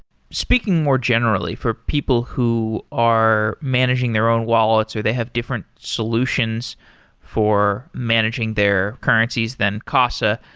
speaking more generally for people who are managing their own wallets or they have different solutions for managing their currencies than casa,